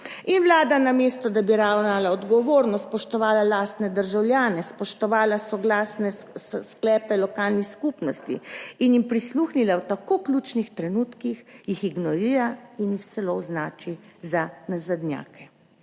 Vlada, namesto da bi ravnala odgovorno, spoštovala lastne državljane, spoštovala soglasne sklepe lokalnih skupnosti in jim prisluhnila v tako ključnih trenutkih, jih ignorira in jih celo označi za nazadnjake.